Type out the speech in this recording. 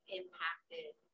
impacted